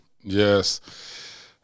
Yes